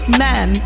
men